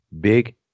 big